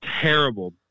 terrible